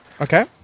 Okay